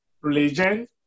religion